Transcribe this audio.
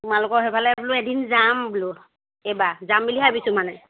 তোমালোকৰ সেইফালে বোলো এদিন যাম বোলো এইবাৰ যাম বুলি ভাবিছোঁ মানে